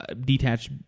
detached